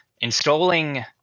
installing